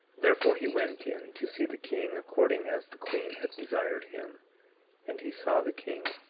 therefore, he went in to see the king according as the queen had desired him and he saw the king,